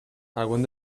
alguns